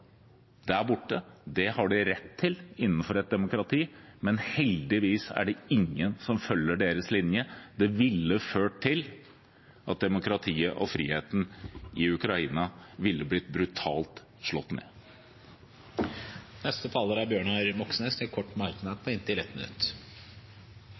borte. Det har de rett til innenfor et demokrati, men heldigvis er det ingen som følger deres linje. Det ville ført til at demokratiet og friheten i Ukraina ville blitt brutalt slått ned. Representanten Bjørnar Moxnes har hatt ordet to ganger tidligere og får ordet til en kort merknad,